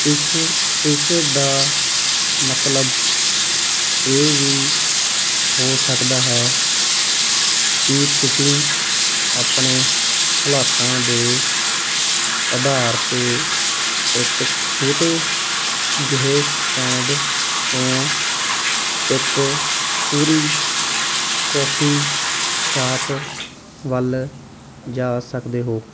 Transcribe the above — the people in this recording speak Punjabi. ਇਸ ਇਸ ਦਾ ਮਤਲਬ ਇਹ ਵੀ ਹੋ ਸਕਦਾ ਹੈ ਕਿ ਤੁਸੀਂ ਆਪਣੇ ਹਾਲਾਤਾਂ ਦੇ ਅਧਾਰ 'ਤੇ ਇਕ ਛੋਟੇ ਜਿਹੇ ਸਟੈਂਡ ਤੋਂ ਇਕ ਪੂਰੀ ਕੌਫੀ ਸ਼ਾਪ ਵੱਲ ਜਾ ਸਕਦੇ ਹੋ